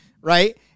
right